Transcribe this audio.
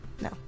No